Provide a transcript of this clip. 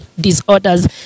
disorders